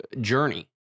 journey